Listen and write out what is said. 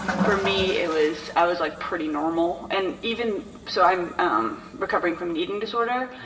for me, it was, i was like pretty normal, and even so i'm um recovering from an eating disorder,